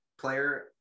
player